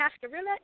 cascarilla